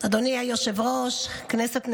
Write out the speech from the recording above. אדוני היושב-ראש, כנסת נכבדה,